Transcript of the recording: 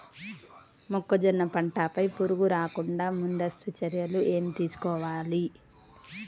మొక్కజొన్న పంట పై పురుగు రాకుండా ముందస్తు చర్యలు ఏం తీసుకోవాలి?